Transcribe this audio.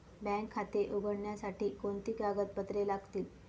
Bank खाते उघडण्यासाठी कोणती कागदपत्रे लागतील?